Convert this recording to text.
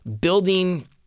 building